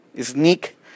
sneak